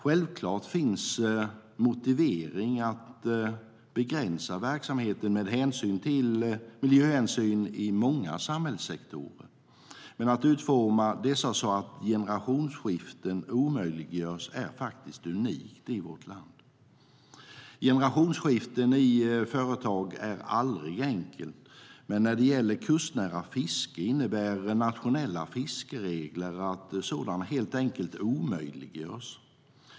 Självklart finns det motiv för att i många samhällssektorer begränsa verksamheten med avseende på miljöhänsyn, men att utforma dessa så att generationsskiften omöjliggörs är faktiskt unikt i vårt land. Generationsskiften i företag är aldrig enkla, men när det gäller kustnära fiske innebär nationella fiskeregler att sådana helt enkelt omöjliggörs.